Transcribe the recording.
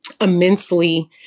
immensely